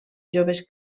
joves